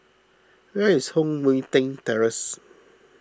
where is Heng Mui Keng Terrace